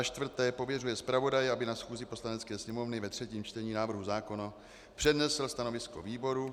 4. pověřuje zpravodaje, aby na schůzi Poslanecké sněmovny ve třetím čtení návrh zákona přednesl stanovisko výboru;